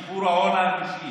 שיפור ההון האנושי